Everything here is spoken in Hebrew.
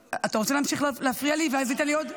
אתה רוצה להמשיך להפריע לי ואז הוא ייתן לי עוד?